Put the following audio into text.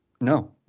No